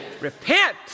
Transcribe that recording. Repent